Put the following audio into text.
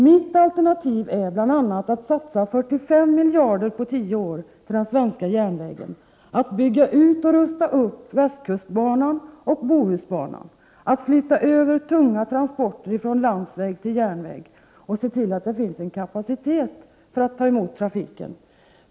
Mitt alternativ är bl.a. att satsa 45 miljarder under tio år på den svenska järnvägen, att bygga ut och rusta upp Västkustbanan och Bohusbanan, att flytta över tunga transporter från landsväg till järnväg och att se till att det finns en kapacitet för att ta emot trafiken.